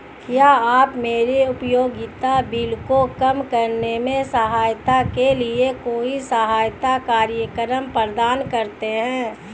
क्या आप मेरे उपयोगिता बिल को कम करने में सहायता के लिए कोई सहायता कार्यक्रम प्रदान करते हैं?